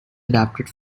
adapted